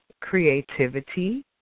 creativity